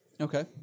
Okay